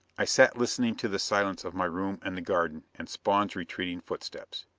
i sat listening to the silence of my room and the garden, and spawn's retreating footsteps.